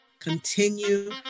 continue